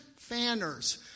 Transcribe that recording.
fanners